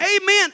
Amen